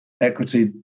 equity